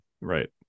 Right